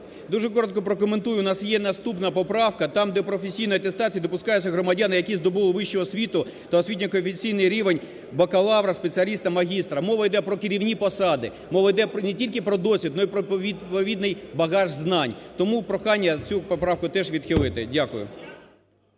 Дуже коротко прокоментую. У нас є наступна поправка там, де професійною атестацією допускаються громадяни, які здобули вищу освіту та освітньо-кваліфікаційний рівень бакалавра, спеціаліста, магістра, мова йде про керівні посади, мова йде не тільки про досвід, а й про відповідний багаж знань. Тому прохання цю поправку теж відхилити. Дякую.